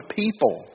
people